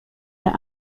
der